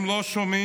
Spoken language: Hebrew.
הם לא שומעים,